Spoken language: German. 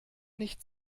nicht